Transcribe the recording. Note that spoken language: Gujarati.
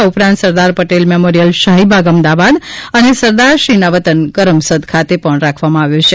આ ઉપરાંત સરદાર પટેલ મેમોરીયાલ શાહીબાગ અમદાવાદ અને સરદારશ્રીના વતન કરમસદ ખાતે પણ રાખવામાં આવ્યો છે